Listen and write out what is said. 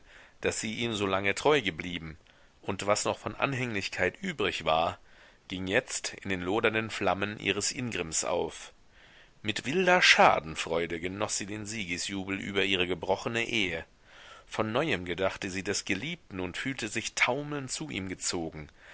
daß sie ihm so lange treu geblieben und was noch von anhänglichkeit übrig war ging jetzt in den lodernden flammen ihres ingrimms auf mit wilder schadenfreude genoß sie den siegesjubel über ihre gebrochene ehe von neuem gedachte sie des geliebten und fühlte sich taumelnd zu ihm gezogen